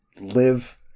live